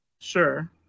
Sure